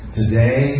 today